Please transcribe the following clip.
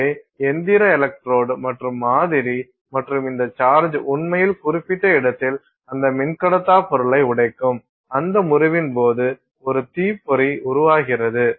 எனவே எந்திர எலக்ட்ரோடு மற்றும் மாதிரி மற்றும் இந்த சார்ஜ் உண்மையில் குறிப்பிட்ட இடத்தில் அந்த மின்கடத்தா பொருளை உடைக்கும் அந்த முறிவின் போது ஒரு தீப்பொறி உருவாகிறது